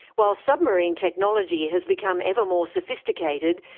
while submarine technology has become ever more sophisticated,